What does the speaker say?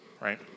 right